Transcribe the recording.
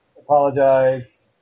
apologize